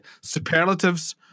superlatives